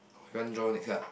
you want draw next card